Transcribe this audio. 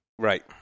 Right